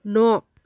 न'